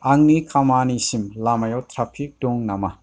आंनि खामानिसिम लामायाव ट्राफिक दं नामा